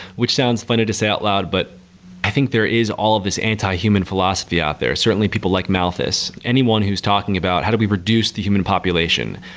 which sounds funny to say out loud, but i think there is all of these anti human philosophy out there, certainly people like malthus. anyone who's talking about how to we reduce the human population?